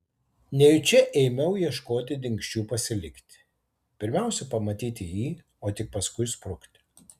nejučia ėmiau ieškoti dingsčių pasilikti pirmiausia pamatyti jį o tik paskui sprukti